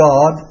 God